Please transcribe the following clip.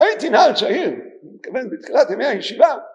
‫הייתי נער צעיר, ‫אני מתכוון, בתחילת ימי הישיבה.